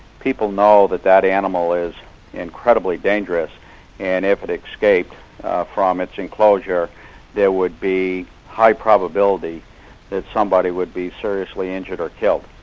people know that that animal is incredibly dangerous and if it escaped from its enclosure there would be high probability that somebody would be seriously injured or killed.